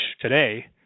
today